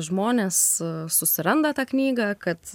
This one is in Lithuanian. žmonės susiranda tą knygą kad